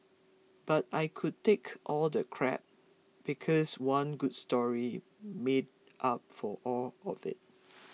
but I could take all the crap because one good story made up for all of it